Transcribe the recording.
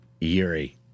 Yuri